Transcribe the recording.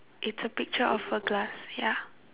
it's a picture of a glass ya